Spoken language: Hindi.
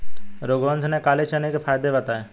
रघुवंश ने काले चने के फ़ायदे बताएँ